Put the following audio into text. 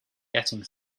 getting